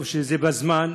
טוב שזה בזמן,